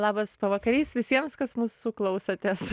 labas pavakarys visiems kas mūsų klausotės